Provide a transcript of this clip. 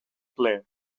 player